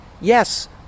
Yes